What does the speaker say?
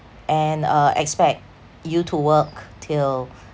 and uh expect you to work till